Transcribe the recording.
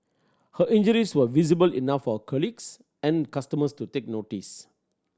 her injuries were visible enough for her colleagues and customers to take notice